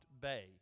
Bay